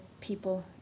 people